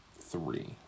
three